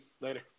Later